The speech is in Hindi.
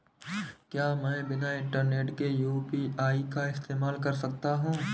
क्या मैं बिना इंटरनेट के यू.पी.आई का इस्तेमाल कर सकता हूं?